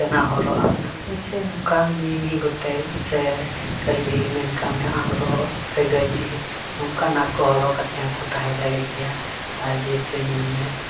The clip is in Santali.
ᱱᱚᱛᱮᱱᱟᱜ ᱦᱚᱨᱚᱜ ᱟᱜ ᱫᱚ ᱡᱮᱭᱥᱮ ᱱᱚᱝᱠᱟ ᱢᱤᱢᱤᱫ ᱜᱚᱴᱮᱱ ᱥᱮ ᱠᱷᱟᱹᱞᱤ ᱢᱮᱱ ᱠᱟᱜ ᱢᱮ ᱟᱝᱨᱚᱵᱽ ᱥᱮ ᱜᱮᱧᱡᱤ ᱱᱚᱝᱠᱟᱱᱟᱜ ᱠᱚ ᱦᱚᱨᱚᱜ ᱠᱟᱛᱮᱫ ᱦᱚᱸᱠᱚ ᱛᱟᱦᱮᱸ ᱫᱟᱲᱮᱭᱟᱜ ᱜᱮᱭᱟ ᱟᱨ ᱡᱮᱭᱥᱮ ᱢᱮᱱᱢᱮ